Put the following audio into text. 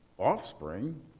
offspring